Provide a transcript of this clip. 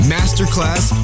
Masterclass